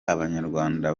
abanyarwanda